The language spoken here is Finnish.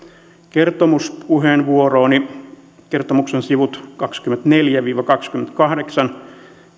kertomuspuheenvuorooni kertomuksen sivut kaksikymmentäneljä viiva kaksikymmentäkahdeksan